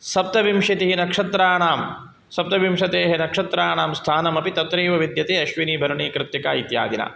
सप्तविंशतिः नक्षत्राणां सप्तविंशतेः नक्षत्राणां स्थानमपि तत्रैव विद्यते अश्विनी भरणी कृत्तिका इत्यादिना